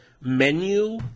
menu